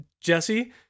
Jesse